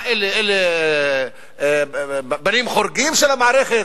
מה, אלה בנים חורגים של המערכת,